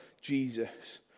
Jesus